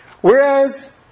whereas